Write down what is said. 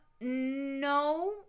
no